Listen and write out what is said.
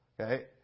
Okay